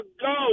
go